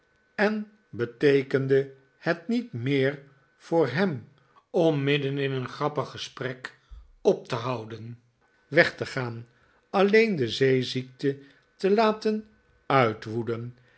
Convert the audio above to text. en beteekende het niet meer voor hem om midden in een grappig gesprek op te houden weg te gaan alleen de zeeziekte te laten uitwoeden